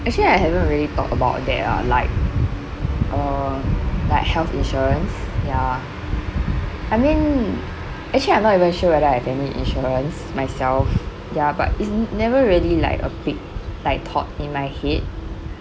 actually I haven't really thought about that lah like uh like health insurance ya I mean actually I'm not even sure whether I have any insurance myself ya but it's never really like a big like thought in my head